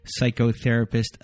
psychotherapist